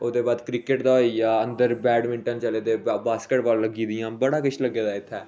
ओह्दे बाद क्रिकेट दा होई गेआ अंदर बैटमिंटन चलै दे बास्कट बाल लग्गी दियां बड़ा किश लग्गे दा इत्थै